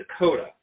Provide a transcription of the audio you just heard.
Dakota